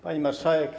Pani Marszałek!